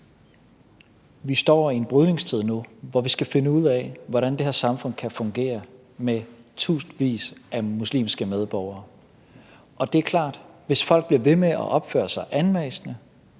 Vi står i en brydningstid nu, hvor vi skal finde ud af, hvordan det her samfund kan fungere med tusindvis af muslimske medborgere, og det er klart, at hvis folk bliver ved med at opføre sig anmassende,